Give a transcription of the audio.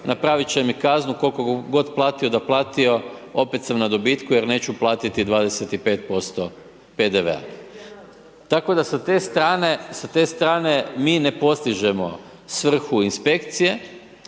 napravit će mi kaznu, koliko god platio da platio opet sam na dobitku jer neću platiti 25% PDV-a. Tako da sa te strane, sa te strane mi ne postižemo svrhu inspekcije,